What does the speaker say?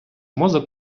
мозок